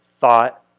thought